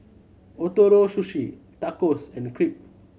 Ootoro Sushi Tacos and Crepe